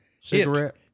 Cigarette